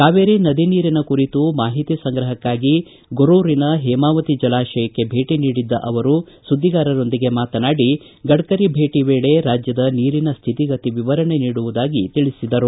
ಕಾವೇರಿ ನದಿ ನೀರಿನ ಕುರಿತು ಮಾಹಿತಿ ಸಂಗ್ರಪಕ್ಕಾಗಿ ಗೊರೂರಿನ ಸೇಮಾವತಿ ಜಲಾತಯಕ್ಕೆ ಭೇಟಿ ನೀಡಿದ್ದ ಅವರು ಸುದ್ದಿಗಾರರೊಂದಿಗೆ ಮಾತನಾಡಿ ಗಡ್ಕರಿ ಭೇಟಿ ವೇಳೆ ರಾಜ್ಯದ ನೀರಿನ ಸ್ಥಿತಿಗತಿ ವಿವರಣೆ ನೀಡುವುದಾಗಿ ತಿಳಿಸಿದರು